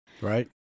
Right